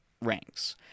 ranks